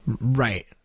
Right